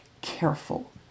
careful